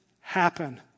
happen